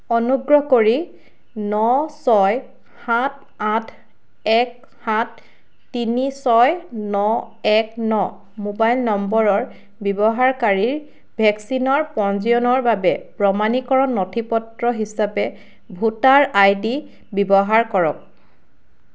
অনুগ্ৰহ কৰি ন ছয় সাত আঠ এক সাত তিনি ছয় ন এক ন মোবাইল নম্বৰৰ ব্যৱহাৰকাৰীৰ ভেকচিনৰ পঞ্জীয়নৰ বাবে প্ৰমাণীকৰণ নথিপত্ৰ হিচাপে ভোটাৰ আইডি ব্যৱহাৰ কৰক